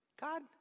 God